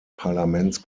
parlaments